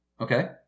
Okay